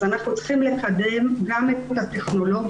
אז אנחנו צריכים לקדם גם את כל הטכנולוגיות